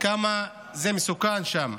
כמה מסוכן שם,